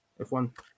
F1